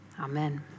Amen